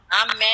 Amen